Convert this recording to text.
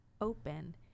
open